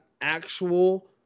actual